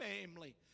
family